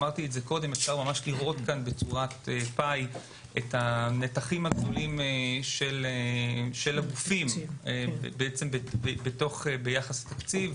אפשר לראות את הנתחים הגדולים של הגופים ביחס לתקציב.